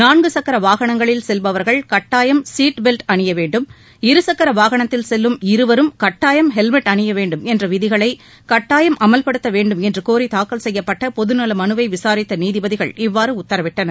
நான்கு சக்கர வாகனங்களில் செல்பவர்கள் கட்டாயம் சீட்பெல்ட் அணிய வேண்டும் இரு சக்கர வாகனத்தில் செல்லும் இருவரும் கட்டாயம் ஹெல்மெட் அணிய வேண்டும் என்ற விதிகளை கட்டாயம் அமல்படுத்த வேண்டுமென்று கோரி தாக்கல் செய்ப்பட்ட பொது நல மனுவை விசாரித்த நீதிபதிகள் இவ்வாறு உத்தரவிட்டனர்